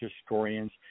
historians